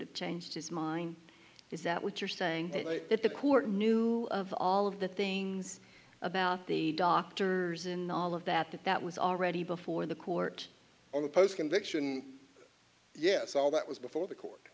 have changed his mind is that what you're saying that the court knew of all of the things about the doctors in all of that that that was already before the court on the post conviction yes all that was before the court